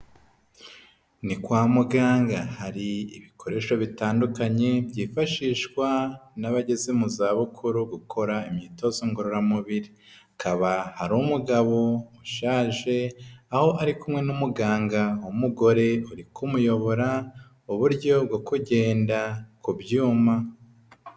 Ni kwa muganga hari ibikoresho bitandukanye byifashishwa n'abageze mu zabukuru gukora imyitozo ngororamubiri, akaba hari umugabo ushaje aho ari kumwe n'umuganga w'umugore uri kumuyobora uburyo bwo kugenda ku byuma.